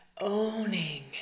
owning